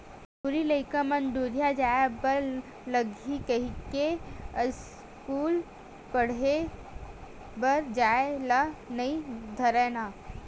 टूरी लइका मन दूरिहा जाय बर लगही कहिके अस्कूल पड़हे बर जाय ल नई धरय ना